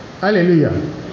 Hallelujah